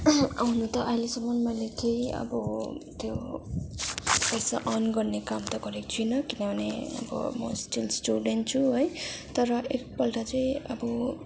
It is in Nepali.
हुनु त अहिलेसम्म मैले केही अब त्यो पैसा अर्न गर्ने काम त गरेको छुइनँ किनभने अब म स्टिल स्टुडेन्ट छु है तर एक पल्ट चाहिँ अब